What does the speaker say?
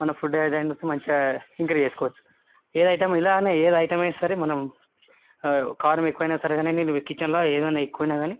మన food items మంచిగా increase చేస్కోవచ్చు ఏది ఐటమ్ ఇలానే ఏది ఐటమ్ అయినా సరే మనం కారం ఎక్కువైనా సరే కానీ నువ్వు కిచెన్లో ఏదైనా ఎక్కువైనా కాని